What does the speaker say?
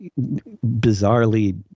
bizarrely